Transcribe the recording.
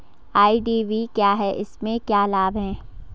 IDV क्या है इसमें क्या लाभ है?